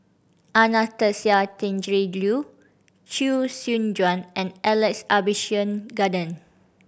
Anastasia Tjendri Liew Chee Soon Juan and Alex Abisheganaden